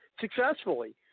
successfully